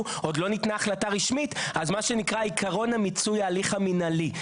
שעוד לא ניתנה החלטה רשמית אז מה שנקרא עיקרון מיצוי ההליך המנהלי.